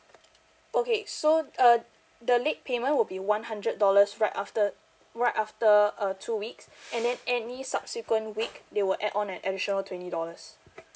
okay so uh the late payment would be one hundred dollars right after right after uh two weeks and then any subsequent week they will add on an additional twenty dollars